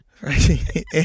Right